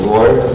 Lord